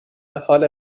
حال